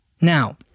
Now